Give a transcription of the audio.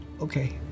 Okay